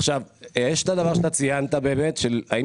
עכשיו יש את הדבר שאתה ציינת באמת של האם